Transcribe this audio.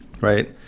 Right